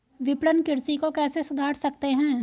विपणन कृषि को कैसे सुधार सकते हैं?